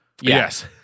Yes